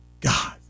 God